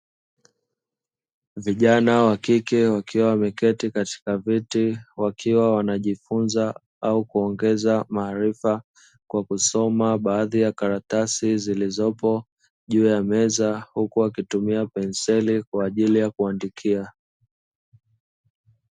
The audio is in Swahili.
Vijana wakike wakiwa wamekati katika viti, wakiwa wanajifunza au kuongeza maarifa kwa kusoma baadhi ya karatasi, zilizopo juu ya meza huku wakitumia penseli kwa ajili ya kuandikia.